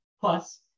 plus